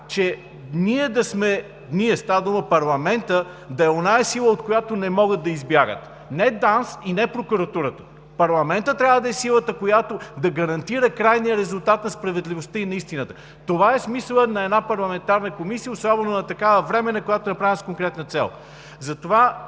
че ние – става дума парламентът, да е онази сила, от която не могат да избягат. Не ДАНС и не Прокуратурата, а парламентът трябва да е силата, която да гарантира крайния резултат на справедливостта и на истината. Това е смисълът на една парламентарна комисия, особено на такава временна, която е направена с конкретна цел. Затова